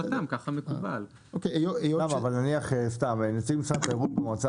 יכול להיות שנציג משרד התיירות במועצה